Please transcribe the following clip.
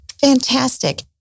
Fantastic